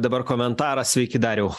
dabar komentaras sveiki dariau